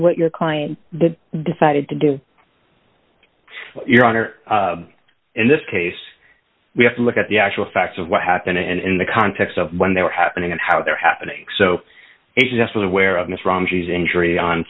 what your client did decided to do your honor in this case we have to look at the actual facts of what happened and in the context of when they were happening and how they're happening so